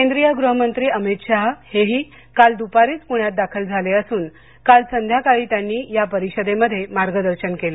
केंद्रीय गृहमंत्री अमित शाह हेही काल दुपारीच पुण्यात दाखल झाले असून काल संध्याकाळी त्यांनी या परिषदेमध्ये मार्गदर्शन केलं